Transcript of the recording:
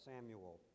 samuel